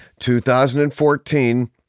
2014